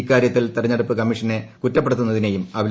ഇക്കാര്യത്തിൽ തിരഞ്ഞെടുപ്പ് കമ്മീഷനെ കുറ്റപ്പെടുത്തുന്നതിനെയും അപലപിച്ചു